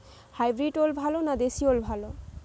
Hybrid ওল ভালো না দেশী ওল ভাল?